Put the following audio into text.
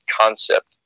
concept